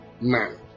man